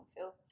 feel